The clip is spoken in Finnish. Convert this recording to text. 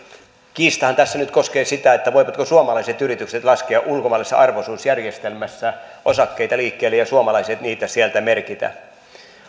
kiistahan tässä todellakin nyt koskee sitä voivatko suomalaiset yritykset laskea ulkomaalaisessa arvo osuusjärjestelmässä osakkeita liikkeelle ja suomalaiset niitä sieltä merkitä